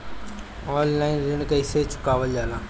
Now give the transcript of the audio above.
Online ऋण कईसे चुकावल जाला?